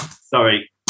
Sorry